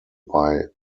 bei